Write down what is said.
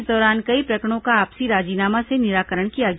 इस दौरान कई प्रकरणों का आपसी राजीनामा से निराकरण किया गया